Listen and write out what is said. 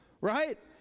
right